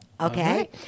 okay